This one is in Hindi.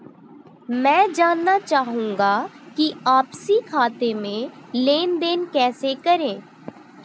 मैं जानना चाहूँगा कि आपसी खाते में लेनदेन कैसे करें?